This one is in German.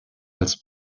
als